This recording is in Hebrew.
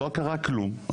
לא קרה כלום,